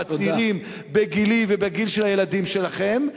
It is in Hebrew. והצעירים בגילי ובגיל של הילדים שלכם.